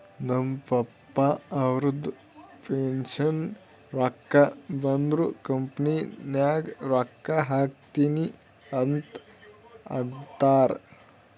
ನಮ್ ಪಪ್ಪಾ ಅವ್ರದು ಪೆನ್ಷನ್ ರೊಕ್ಕಾ ಬಂದುರ್ ಕಂಪನಿ ನಾಗ್ ರೊಕ್ಕಾ ಹಾಕ್ತೀನಿ ಅಂತ್ ಅಂತಾರ್